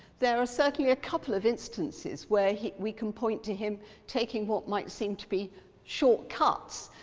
there are certainly a couple of instances where we can point to him taking what might seem to be shortcuts.